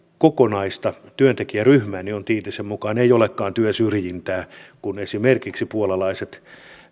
kokonaista työntekijäryhmää niin tiitisen mukaan se ei olekaan työsyrjintää kun esimerkiksi puolalaiset